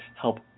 help